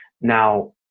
Now